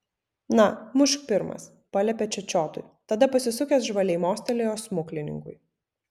na mušk pirmas paliepė čečiotui tada pasisukęs žvaliai mostelėjo smuklininkui